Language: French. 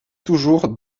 toujours